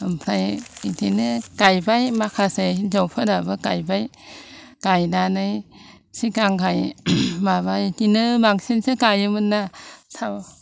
ओमफ्राय बिदिनो गायबाय माखासे हिनजावफोराबो गायबाय गायनानै सिगांहाय माबा बिदिनो बांसिनसो गायोमोन ना